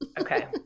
Okay